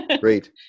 Great